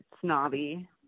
snobby